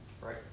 right